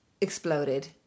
exploded